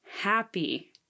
happy